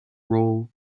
role